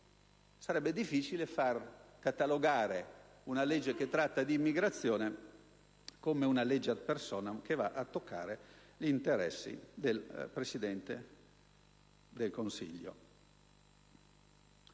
Sarebbe difficile catalogare un provvedimento che tratta di immigrazione come una legge *ad personam*, che va a toccare gli interessi del Presidente del Consiglio.